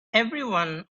everyone